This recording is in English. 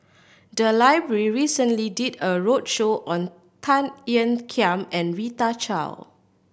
the library recently did a roadshow on Tan Ean Kiam and Rita Chao